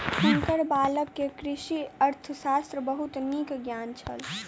हुनकर बालक के कृषि अर्थशास्त्रक बहुत नीक ज्ञान छल